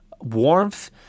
warmth